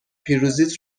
پیروزیت